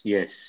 Yes